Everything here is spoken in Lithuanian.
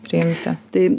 priimti tai